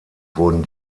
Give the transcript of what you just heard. wurden